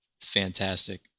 fantastic